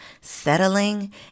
Settling